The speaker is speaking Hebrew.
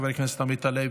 חבר הכנסת חמד עמאר,